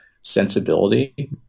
sensibility